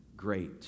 great